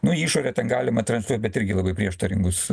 nu išorę ten galima transliuot bet irgi labai prieštaringus